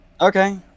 Okay